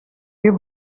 you